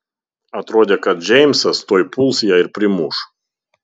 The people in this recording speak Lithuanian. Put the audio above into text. atrodė kad džeimsas tuoj puls ją ir primuš